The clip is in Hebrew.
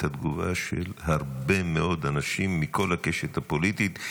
הייתה תגובה של הרבה מאוד אנשים מכל הקשת הפוליטית.